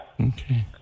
Okay